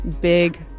big